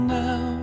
now